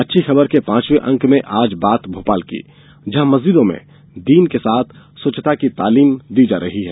अच्छी खबर के पॉचवे अंक में आज बात भोपाल की जहां मस्जिदों में दीन के साथ स्वच्छता की तालीम दी जा रही है